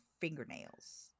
fingernails